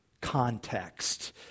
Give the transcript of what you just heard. context